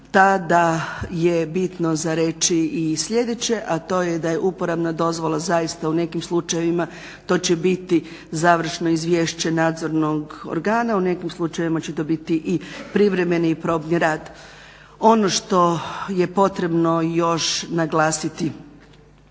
tada je bitno za reći i sljedeće, a to je da je uporabna dozvola zaista u nekim slučajevima to će biti završno izvješće nadzornog organa. U nekim slučajevima će to biti i privremeni probni rad. Ono što je potrebno još naglasiti